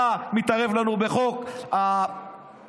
אתה מתערב לנו בחוק הגיור,